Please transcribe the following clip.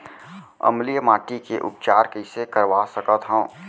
अम्लीय माटी के उपचार कइसे करवा सकत हव?